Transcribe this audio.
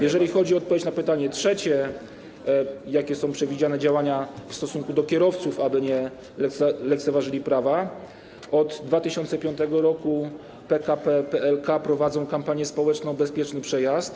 Jeżeli chodzi o odpowiedź na pytanie trzecie, jakie są przewidziane działania w stosunku do kierowców, aby nie lekceważyli prawa, to od 2005 r. PKP PLK prowadzą kampanię społeczną „Bezpieczny przejazd”